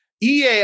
EA